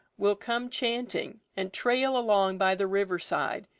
will come chanting, and trail along by the river-side,